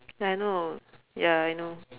I know ya I know